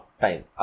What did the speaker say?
time